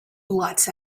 blots